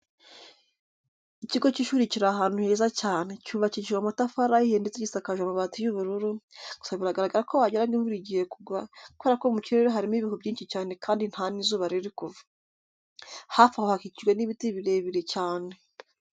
Ikigo cy'ishuri kiri ahantu heza cyane, cyubakishijwe amatafari ahiye ndetse gisakajwe amabati y'ubururu, gusa biragaragara ko wagira ngo imvura igiye kugwa kubera ko mu kirere harimo ibihu byinshi cyane kandi nta n'izuba riri kuva. Hafi aho hakikijwe n'ibiti birebire cyane.